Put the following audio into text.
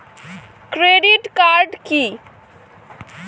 Credit card key?